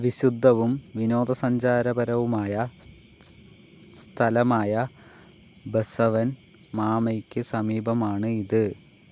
വിശുദ്ധവും വിനോദസഞ്ചാരപരവുമായ സ്ഥലമായ ബസമൻ മാമയ്ക്ക് സമീപമാണ് ഇത്